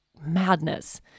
madness